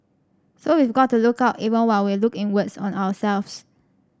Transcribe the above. so we've got to look out even while we look inwards on ourselves